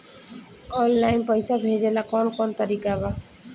Online पइसा भेजेला कवन कवन तरीका बा?